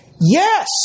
Yes